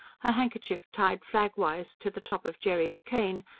her handkerchief tied flagwise to the top of jerry's cane,